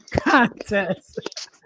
Contest